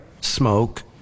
smoke